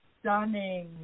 stunning